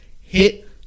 Hit